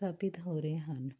ਸਥਾਪਿਤ ਹੋ ਰਹੇ ਹਨ